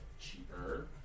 cheaper